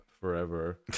forever